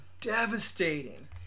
devastating